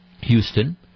houston